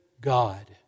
God